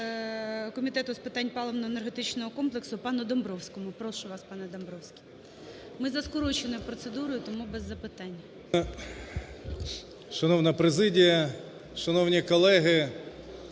Комітету з питань паливно-енергетичного комплексу пану Домбровському. Прошу вас, пане Домбровський. Ми за скороченою процедурою, тому без запитань. 13:01:22 ДОМБРОВСЬКИЙ О.Г. Шановна президія, шановні колеги,